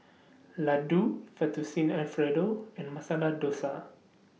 Ladoo Fettuccine Alfredo and Masala Dosa